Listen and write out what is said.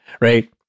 right